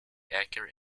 accurate